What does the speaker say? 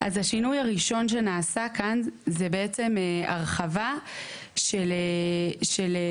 אז השינוי הראשון שנעשה כאן הוא בעצם הרחבה של סל